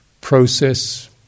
process